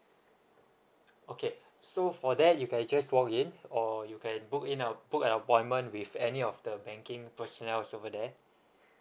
okay so for that you can just walk in or you can book in a book an appointment with any of the banking personnels over there